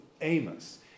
Amos